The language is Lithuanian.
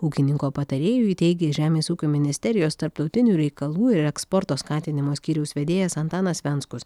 ūkininko patarėjui teigė žemės ūkio ministerijos tarptautinių reikalų ir eksporto skatinimo skyriaus vedėjas antanas venckus